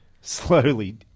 slowly